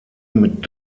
mit